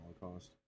holocaust